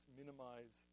minimize